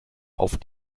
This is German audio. auf